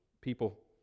people